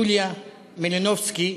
יוליה מלינובסקי